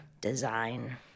Design